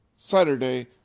Saturday